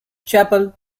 chapel